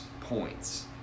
points